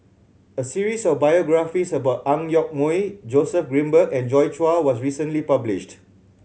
a series of biographies about Ang Yoke Mooi Joseph Grimberg and Joi Chua was recently published